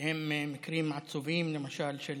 שהם מקרים עצובים, למשל של